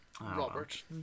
Robert